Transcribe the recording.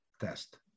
test